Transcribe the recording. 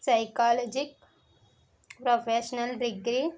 psychology professional degree